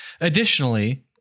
additionally